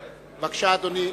בבקשה, אדוני.